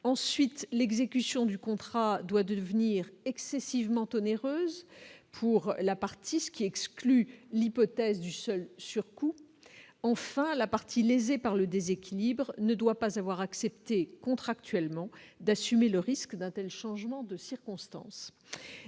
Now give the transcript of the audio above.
ensuite l'exécution du contrat doit devenir. Excessivement onéreuse pour la partie, ce qui exclut l'hypothèse du seul surcoût enfin à la partie lésée par le déséquilibre ne doit pas avoir acceptées contractuellement d'assumer le risque d'untel, changement de circonstances